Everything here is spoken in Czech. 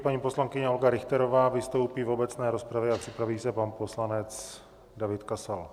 Paní poslankyně Olga Richterová vystoupí v obecné rozpravě, připraví se pan poslanec David Kasal.